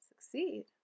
succeed